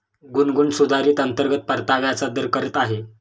गुनगुन सुधारित अंतर्गत परताव्याचा दर करत आहे